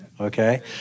Okay